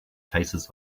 faces